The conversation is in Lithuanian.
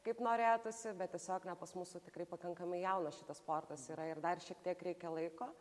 kaip norėtųsi bet tiesiog na pas mūsų tikrai pakankamai jaunas šitas sportas yra ir dar šiek tiek reikia laiko